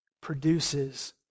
produces